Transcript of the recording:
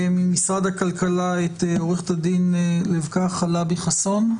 ממשרד הכלכלה את עורכת הדין לבקה חלבי חסון,